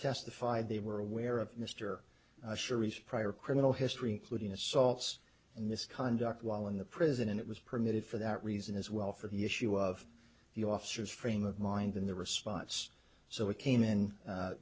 testified they were aware of mr sharif prior criminal history including assaults in this conduct while in the prison and it was permitted for that reason as well for the issue of the officers frame of mind in the response so it came in